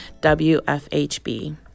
WFHB